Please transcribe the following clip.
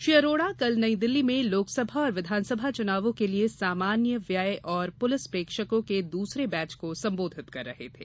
श्री अरोड़ा कल नई दिल्ली में लोकसभा और विधानसभा चुनावों के लिए सामान्य व्यय और पुलिस प्रेक्षकों के दूसरे बैच को संबोधित कर रहे थे